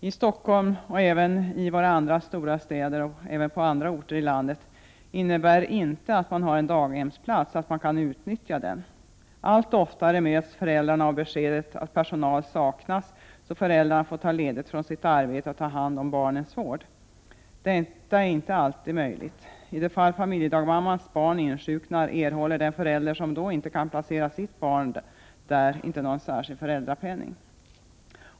I Stockholm och våra andra stora städer liksom även på andra orter i landet innebär inte det förhållandet att man har en daghemsplats också att man kan utnyttja den. Allt oftare möts föräldrarna av beskedet att personal saknas, så att föräldrarna får ta ledigt från sitt arbete och ta hand om barnens vård. Detta är inte alltid möjligt. I de fall där familjedagmammornas barn insjuknar erhåller den förälder som då inte kan placera sitt barn där, inte någon särskild föräldrapenning.